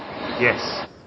Yes